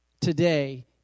today